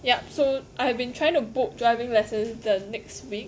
yup so I've been trying to book driving lessons the next week